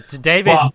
David